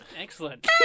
Excellent